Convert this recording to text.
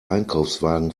einkaufswagen